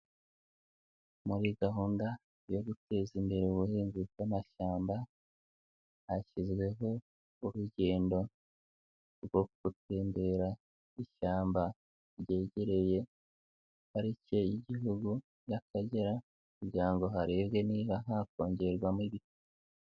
Muri gahunda yo guteza imbere ubuhinzi bw'amashyamba hashyizweho urugendo rwo gutembera ishyamba ryegereye parike y'Igihugu y'Akagera kugira ngo harebwe niba hakongerwamo ibiti.